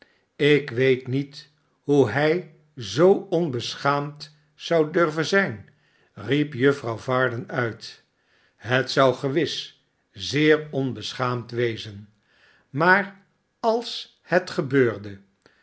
ik weet niet hoe hij zoo onbeschaamd zou durven zijn riep juffrouw varden uit a het zou gewis zeer onbeschaamd wezen maar als het gebeurde